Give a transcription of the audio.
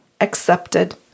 accepted